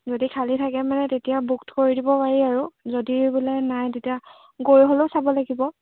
যদি খালী থাকে মানে তেতিয়া বুক কৰি দিব পাৰি আৰু যদি বোলে নাই তেতিয়া গৈ হ'লেও চাব লাগিব